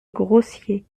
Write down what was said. grossier